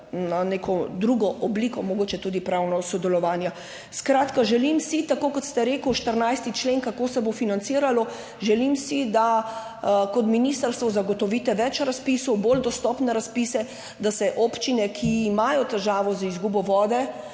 na neko drugo obliko, mogoče tudi pravno sodelovanja. Skratka, želim si, tako kot ste rekel 14. člen, kako se bo financiralo - želim si, da kot ministrstvo zagotovite več razpisov, bolj dostopne razpise, da se občine, ki imajo težavo z izgubo vode